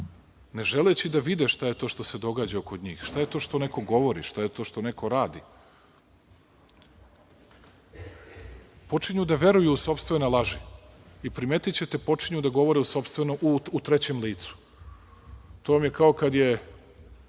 ne želeći da vide šta je to što se događa oko njih, šta je to što neko govori, šta je to što neko radi, počinju da veruju u sopstvene laži i primetićete, počinju da govore u trećem licu. To vam je kao kad su